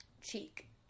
cheek